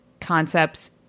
concepts